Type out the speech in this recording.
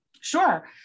Sure